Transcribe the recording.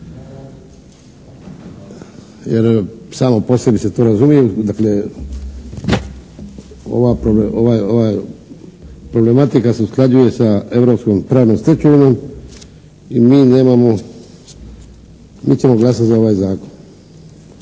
Jer samo po sebi se to razumije, dakle, ova problematika se usklađuje sa europskom pravnom stečevinom i mi nemamo, mi ćemo glasati za ovaj zakon.